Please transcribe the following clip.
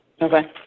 Okay